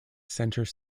centre